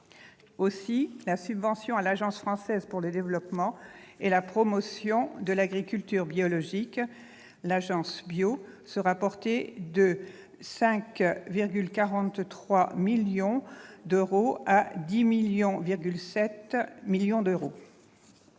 aussi la subvention attribuée à l'Agence française pour le développement et la promotion de l'agriculture biologique, l'Agence Bio, qui sera portée de 5,43 millions d'euros à 10,7 millions d'euros.